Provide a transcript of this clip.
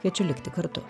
kviečiu likti kartu